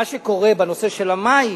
מה שקורה בנושא המים,